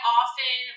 often